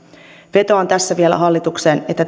vetoan tässä vielä hallitukseen että